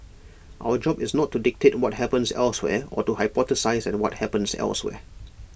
our job is not to dictate what happens elsewhere or to hypothesise what happens elsewhere